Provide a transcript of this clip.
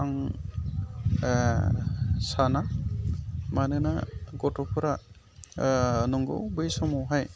आं साना मानोना गथ'फोरा नंगौ बै समावहाय